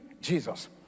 Jesus